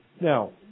Now